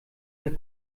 der